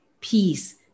peace